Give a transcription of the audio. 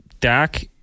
Dak